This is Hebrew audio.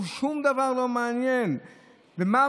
מי